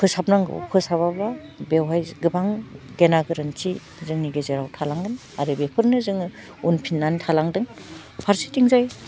फोसाब नांगौ फोसाबाबा बेवहाय गोबां गेना गोरोन्थि जोंनि गेजेराव थालांगोन आरो बेफोरनो जोङो उनफिन्नानै थालांदों फारसेथिंजाय